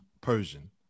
Persian